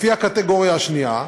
לפי הקטגוריה השנייה,